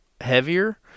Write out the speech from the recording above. heavier